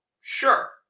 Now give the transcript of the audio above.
Sure